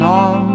on